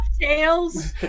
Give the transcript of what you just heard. Tails